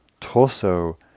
torso